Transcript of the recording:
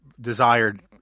desired